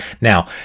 now